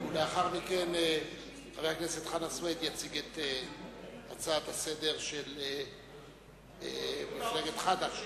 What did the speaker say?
לאחר מכן חבר יציג הכנסת חנא סוייד את ההצעה לסדר-היום של מפלגת חד"ש.